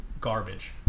garbage